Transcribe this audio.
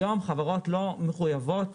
היום חברות לא מחויבות